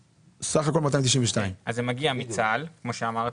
סך הכול 292. אז זה מגיע מצה"ל, כמו שאמרתי.